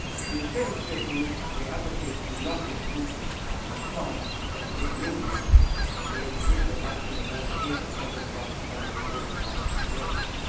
the aestheticism they advocated did not take root in france, as it did in england where the tradition of ruskin and walter payton centered around the study of the renaissance and its legacy.